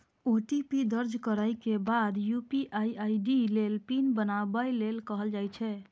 OTP दर्ज करै के बाद यू.पी.आई आई.डी लेल पिन बनाबै लेल कहल जाइ छै